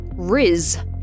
Riz